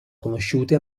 conosciute